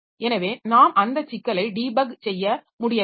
எனவே நாம் அந்த சிக்கலை டீபக் செய்ய முடிய வேண்டும்